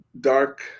dark